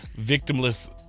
victimless